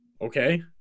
Okay